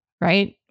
right